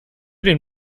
den